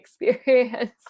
experience